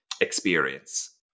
experience